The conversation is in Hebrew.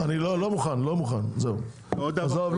עוד דבר.